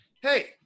hey